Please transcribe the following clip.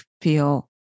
feel